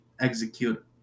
execute